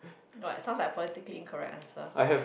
what sounds like politically incorrect answer